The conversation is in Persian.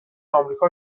آمریکا